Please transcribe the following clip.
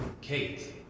Kate